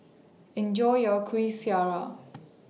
Enjoy your Kueh Syara